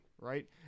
right